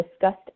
discussed